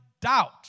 doubt